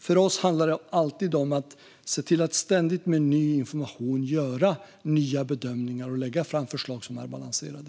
För oss handlar det alltid om att med ny information se till att göra nya bedömningar och lägga fram förslag som är balanserade.